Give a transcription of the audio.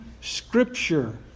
scripture